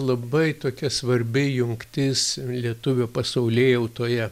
labai tokia svarbi jungtis lietuvių pasaulėjautoje